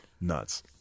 Nuts